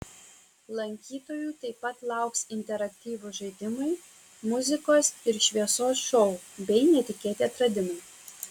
lankytojų taip pat lauks interaktyvūs žaidimai muzikos ir šviesos šou bei netikėti atradimai